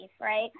right